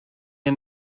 and